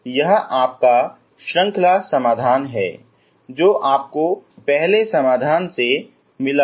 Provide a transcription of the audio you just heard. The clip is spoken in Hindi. यह आपका श्रृंखला समाधान है जो आपको पहले समाधान से मिला है